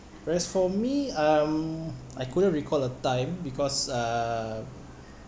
whereas for me um I couldn't recall a time because uh